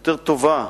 יותר טובה.